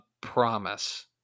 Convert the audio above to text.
promise